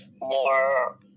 more